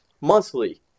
monthly